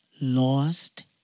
lost